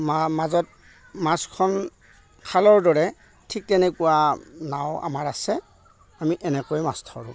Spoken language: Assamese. মাজত মাজখন খালৰ দৰে ঠিক তেনেকুৱা নাও আমাৰ আছে আমি এনেকৈয়ে মাছ ধৰোঁ